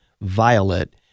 violet